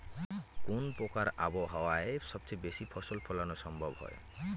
কোন প্রকার আবহাওয়ায় সবচেয়ে বেশি ফসল ফলানো সম্ভব হয়?